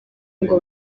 ngo